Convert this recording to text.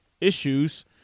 issues